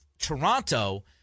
Toronto